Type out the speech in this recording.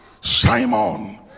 Simon